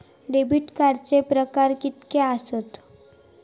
Debit कार्डचे प्रकार कीतके आसत?